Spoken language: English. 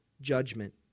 judgment